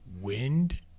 Wind